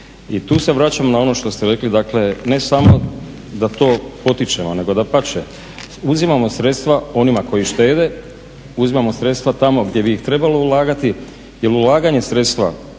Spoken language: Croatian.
I tu se vraćam na ono što ste rekli, dakle ne samo da to potičemo nego dapače, uzimamo sredstva onima koji štede, uzimamo sredstva tamo gdje bi ih trebalo ulagati jer ulaganje sredstava